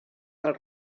del